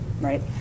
right